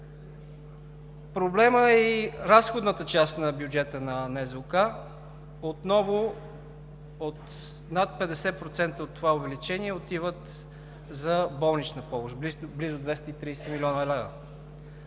Проблем е и разходната част на бюджета на НЗОК. Отново над 50% от това увеличение отиват за болнична помощ – близо 230 млн. лв.